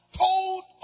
told